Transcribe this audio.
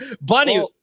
Bunny-